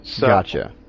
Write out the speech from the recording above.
Gotcha